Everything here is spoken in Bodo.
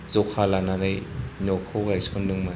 जखा लानानै न'खौ गायसनदोंमोन